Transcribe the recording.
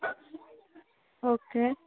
okay